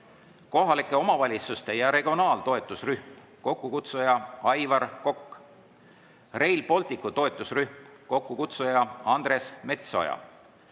kohalike omavalitsuste ja regionaal[poliitika] toetusrühm, kokkukutsuja Aivar Kokk; Rail Balticu toetusrühm, kokkukutsuja Andres Metsoja;